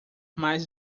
mais